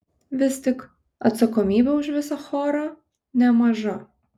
vis tik atsakomybė už visą chorą nemaža